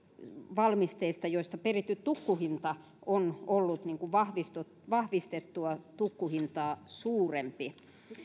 valmisteista joista peritty tukkuhinta on ollut vahvistettua vahvistettua tukkuhintaa suurempi